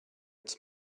its